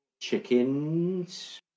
Chickens